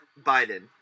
Biden